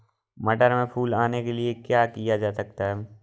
मटर में फूल आने के लिए क्या किया जा सकता है?